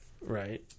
Right